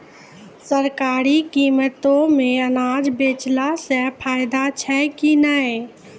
सरकारी कीमतों मे अनाज बेचला से फायदा छै कि नैय?